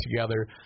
together